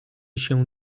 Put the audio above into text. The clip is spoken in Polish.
się